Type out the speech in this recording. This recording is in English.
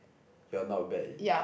you're not bad in